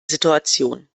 situation